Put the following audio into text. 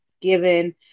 given